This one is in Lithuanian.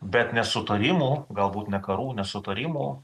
bet nesutarimų galbūt ne karų nesutarimų